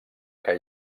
que